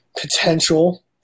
potential